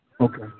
Okay